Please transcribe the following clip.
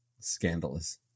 scandalous